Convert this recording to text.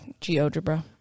GeoGebra